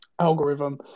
algorithm